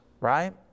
right